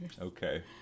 Okay